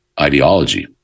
ideology